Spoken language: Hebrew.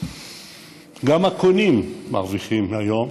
גם הקונים מרוויחים היום,